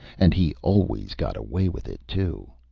and he always got away with it, too.